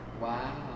Wow